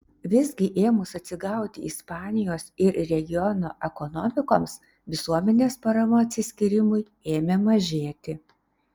visgi ėmus atsigauti ispanijos ir regiono ekonomikoms visuomenės parama atsiskyrimui ėmė mažėti